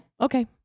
okay